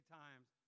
times